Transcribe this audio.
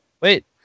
Wait